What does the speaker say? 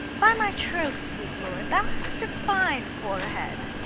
by my troth, sweet lord, thou hast a fine forehead.